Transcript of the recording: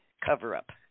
cover-up